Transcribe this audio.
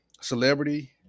celebrity